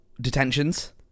detentions